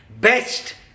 best